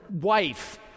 wife